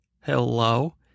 Hello